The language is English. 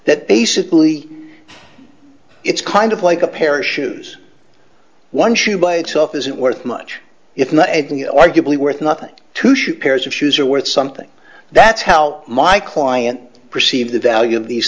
that basically it's kind of like a pair of shoes one shoe by itself isn't worth much if not arguably worth nothing to shoot pairs of shoes are worth something that's how my client perceive the value of these